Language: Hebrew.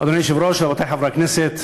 אדוני היושב-ראש, רבותי חברי הכנסת,